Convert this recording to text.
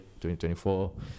2024